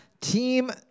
team